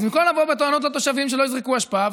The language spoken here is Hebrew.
אז במקום לבוא בטענות לתושבים שלא יזרקו אשפה,